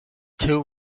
too